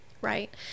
Right